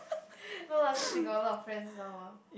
no lah Su Jing got a lot of friends now ah